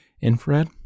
infrared